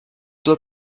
doit